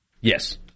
Yes